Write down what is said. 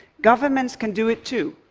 governments can do it, too.